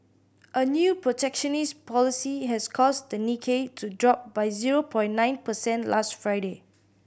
a new protectionist policy has caused the Nikkei to drop by zero point nine percent last Friday